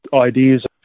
ideas